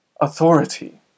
authority